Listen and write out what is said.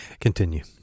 Continue